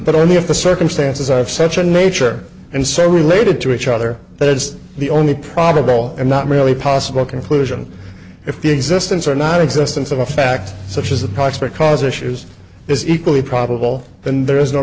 but only if the circumstances are of such a nature and so related to each other that it is the only probable and not really possible conclusion if the existence or nonexistence of a fact such as the proximate cause issues is equally probable and there is no